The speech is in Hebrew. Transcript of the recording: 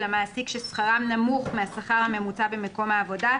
המעסיק ששכרם נמוך מהשכר הממוצע במקום העבודה,